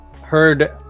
heard